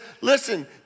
Listen